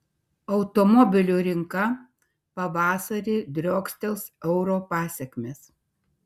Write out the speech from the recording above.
automobilių rinka pavasarį driokstels euro pasekmės